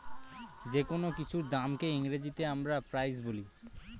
যেকোনো কিছুর দামকে ইংরেজিতে আমরা প্রাইস বলি